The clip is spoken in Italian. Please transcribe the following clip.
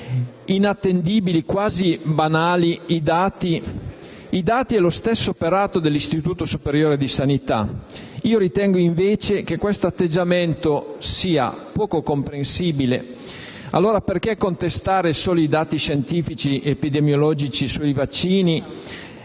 inattendibili e quasi banali i dati e lo stesso operato dell'Istituto superiore di sanità. Ritengo che questo atteggiamento sia poco comprensibile. Perché contestare solo i dati scientifici epidemiologici sui vaccini